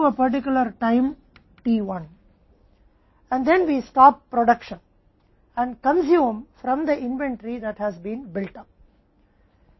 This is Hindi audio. और फिर हम उत्पादन और उपभोग को रोकते हैं इन्वेंट्री से जो बनाया गया है